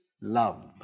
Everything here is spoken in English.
love